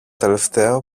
τελευταίο